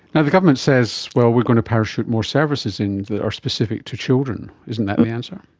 the government says, well, we are going to parachute more services in that are specific to children. isn't that the answer?